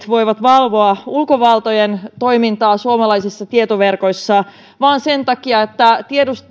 voivat valvoa ulkovaltojen toimintaa suomalaisissa tietoverkoissa vaan sen takia että